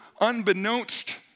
unbeknownst